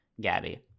Gabby